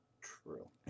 true